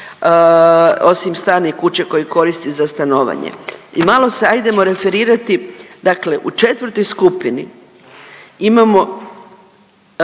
osim stana i kuće koje koriste za stanovanje. I malo se ajdemo referirati, dakle u četvrtoj skupini imamo